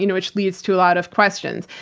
you know which leads to a lot of questions.